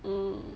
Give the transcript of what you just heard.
mm